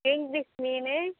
kingfish மீன்